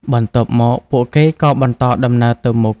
បន្ទាប់មក ពួកគេក៏បន្តដំណើរទៅមុខ។